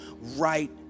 right